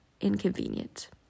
inconvenient